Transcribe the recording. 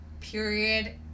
period